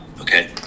Okay